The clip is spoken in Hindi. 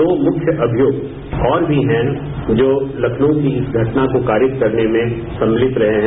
दो मुख्य अभियुक्त और भी हैं जो लखनऊ की इस घटना को कारित करने में सम्मिलित रहे हैं